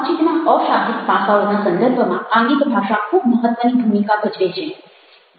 વાતચીતના અશાબ્દિક પાસાઓના સંદર્ભમાં આંગિક ભાષા ખૂબ મહત્ત્વની ભૂમિકા ભજવે છે